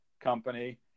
company